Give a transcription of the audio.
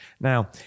Now